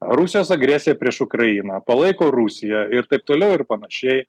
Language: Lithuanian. rusijos agresiją prieš ukrainą palaiko rusiją ir taip toliau ir panašiai